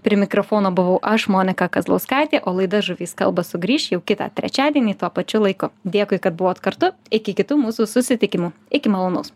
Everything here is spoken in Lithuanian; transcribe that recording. prie mikrofono buvau aš monika kazlauskaitė o laida žuvys kalba sugrįš jau kitą trečiadienį tuo pačiu laiku dėkui kad buvot kartu iki kitų mūsų susitikimų iki malonaus